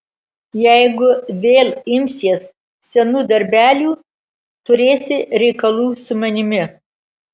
jeigu vėl imsies senų darbelių turėsi reikalų su manimi